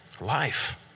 life